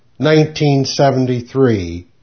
1973